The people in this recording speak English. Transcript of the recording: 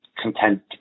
content